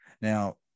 Now